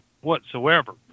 whatsoever